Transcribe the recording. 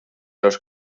los